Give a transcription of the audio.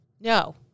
No